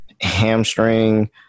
hamstring